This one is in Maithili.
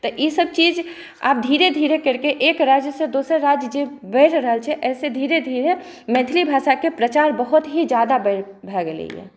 तऽ ईसब चीज आब धीरे धीरे करिके एक राज्यसँ दोसर राज्य जे बढ़ि रहल छै एहिसँ धीरे धीरे मैथिली भाषाके प्रचार बहुत ही ज्यादा भऽ गेलैए